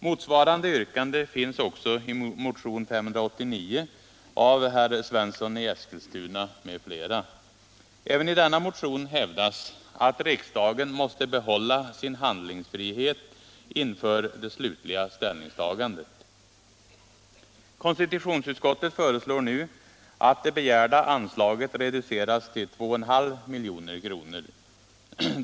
Motsvarande yrkande finns också i motion 589 av herr Svensson i Eskilstuna m.fl. Även i denna motion hävdas att riksdagen måste behålla sin handlingsfrihet inför det slutliga ställningstagandet. Konstitutionsutskottet föreslår nu att det begärda anslaget reduceras till 2,5 milj.kr.